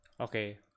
Okay